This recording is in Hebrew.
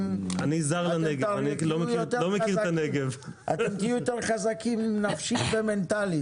אתם תהיו יותר חזקים נפשית ומנטלית.